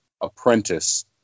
apprentice